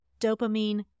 dopamine